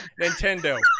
Nintendo